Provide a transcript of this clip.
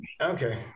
Okay